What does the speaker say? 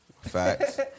Facts